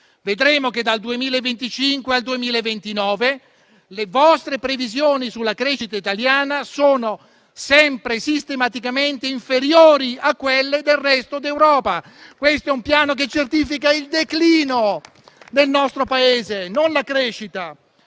vedremo che dal 2025 al 2029 le vostre previsioni sulla crescita italiana sono sempre sistematicamente inferiori a quelle del resto d'Europa. Questo piano certifica il declino del nostro Paese, non la crescita,